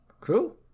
cool